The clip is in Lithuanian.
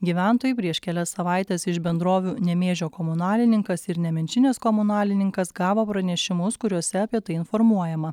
gyventojai prieš kelias savaites iš bendrovių nemėžio komunalininkas ir nemenčinės komunalininkas gavo pranešimus kuriuose apie tai informuojama